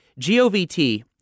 GOVT